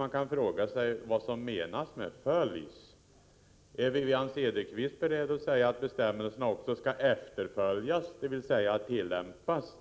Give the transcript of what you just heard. Man kan då fråga sig vad som menas med ”följs”. Är Wivi-Anne Cederqvist beredd att säga att bestämmelserna också skall efterföljas, dvs. tillämpas,